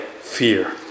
fear